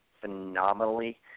phenomenally